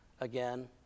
again